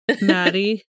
Maddie